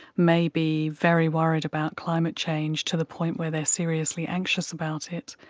may be very worried about climate change to the point where they are seriously anxious about it,